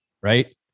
Right